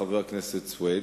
חבר הכנסת סוייד,